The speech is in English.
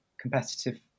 competitive